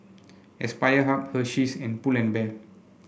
Aspire Hub Hersheys and Pull and Bear